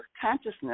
consciousness